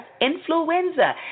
influenza